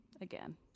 again